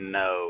no